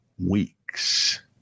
weeks